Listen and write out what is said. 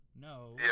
No